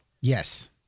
Yes